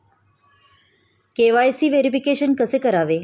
KYC verification कसे करावे?